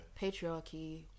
Patriarchy